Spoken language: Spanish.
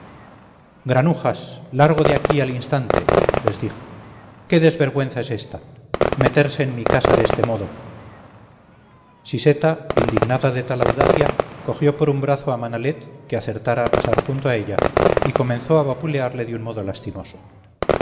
granujas largo de aquí al instante les dijo qué desvergüenza es esta meterse en mi casa de este modo siseta indignada de tal audacia cogió por un brazo a manalet que acertara a pasar junto a ella y comenzó a vapulearle de un modo lastimoso